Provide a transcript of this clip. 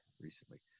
recently